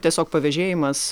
tiesiog pavėžėjimas